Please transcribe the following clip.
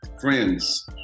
Friends